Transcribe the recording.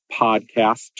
podcast